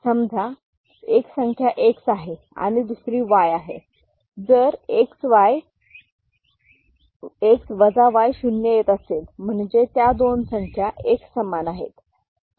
समजा एक संख्या X आहे आणि दुसरी संख्या Y आहे जर X Y शून्य येत असेल म्हणजे त्या दोन संख्या एकसमान आहेत